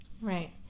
Right